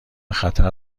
خطر